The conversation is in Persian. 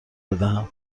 بدهم